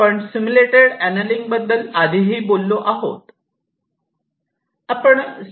आपण simulated annealing बद्दल आधीही बोललो आहोत